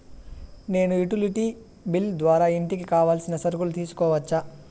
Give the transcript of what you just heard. నేను utility bill ద్వారా ఇంటికి కావాల్సిన సరుకులు తీసుకోవచ్చా?